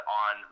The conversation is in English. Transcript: on